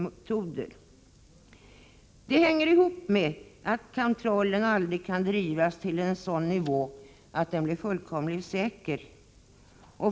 Detta hänger ihop med att kontrollen aldrig kan bringas till en sådan nivå att den blir fullkomligt säker.